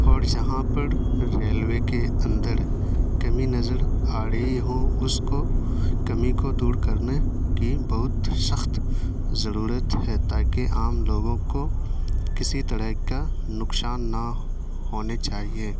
اور جہاں پر ریلوے کے اندر کمی نظر آ رہی ہو اس کو کمی کو دور کرنے کی بہت سخت ضرورت ہے تا کہ عام لوگوں کو کسی طرح کا نقصان نہ ہونے چاہیے